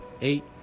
eight